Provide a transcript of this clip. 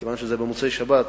כיוון שזה במוצאי שבת,